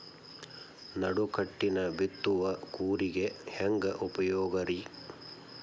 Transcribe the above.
ನಡುಕಟ್ಟಿನ ಬಿತ್ತುವ ಕೂರಿಗೆ ಹೆಂಗ್ ಉಪಯೋಗ ರಿ?